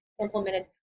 implemented